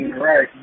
right